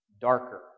darker